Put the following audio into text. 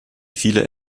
viele